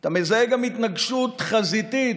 אתה מזהה גם התנגשות חזיתית,